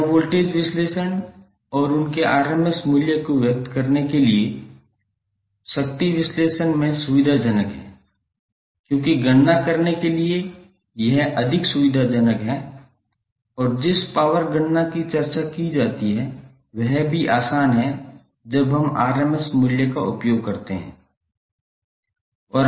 यह वोल्टेज विश्लेषण और उनके आरएमएस मूल्य को व्यक्त करने के लिए शक्ति विश्लेषण में सुविधाजनक है क्योंकि गणना करने के लिए यह अधिक सुविधाजनक है और जिस पावर गणना की चर्चा की जाती है वह भी आसान है जब हम आरएमएस मूल्य का उपयोग करते हैं